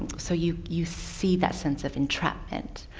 so you you see that sense of entrapment.